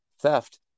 theft